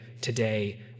today